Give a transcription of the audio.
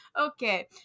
Okay